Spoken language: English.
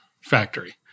factory